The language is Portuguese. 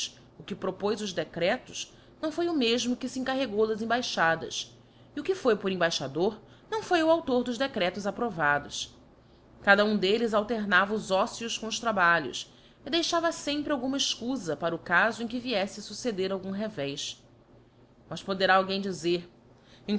o que propoz os decretos a oração da coroa yo nâo foi o mefino que fe encarregou das embaixadas e o que foi por embaixador nâo foi o aulor dos decretos approvados cada um d'elles alternava os ócios com os trabalhos e deixava fempre alguma efcufa para o cafo em que vieffe a fucceder algum revés mas poderá alguém dizer